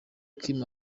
kim